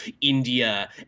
India